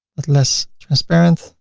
less transparent.